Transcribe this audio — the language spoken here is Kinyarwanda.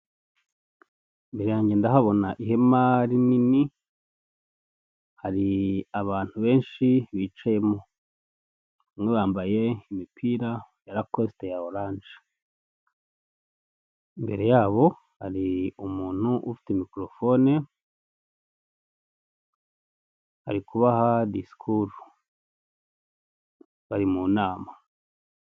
Imbere yange ndahabona ihema rinini, hari abantu benshi bicayemo, bamwe bambaye imipira ya rakosite ya oranje. Imbere yabo hari umuntu ufite mikorofone ari kubaha disikuru, bari mu nama.